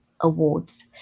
Awards